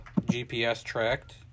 GPS-tracked